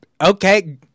okay